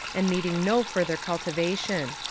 and needing no further cultivation.